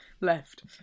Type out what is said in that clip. left